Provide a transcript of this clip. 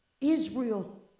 Israel